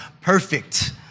perfect